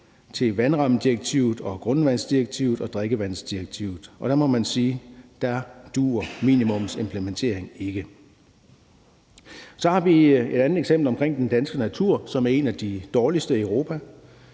til vandrammedirektivet, grundvandsdirektivet og drikkevandsdirektivet, og der må man sige, at dér dur minimumsimplementering ikke. Så har vi et andet eksempel omkring den danske natur, hvis tilstand er en af de dårligste i Europa.